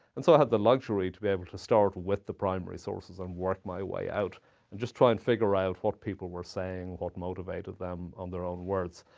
and so i had the luxury to be able to start with the primary sources and work my way out, and just try and figure out what people were saying, what motivated them, on their own words.